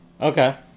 Okay